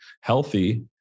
healthy